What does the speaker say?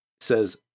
says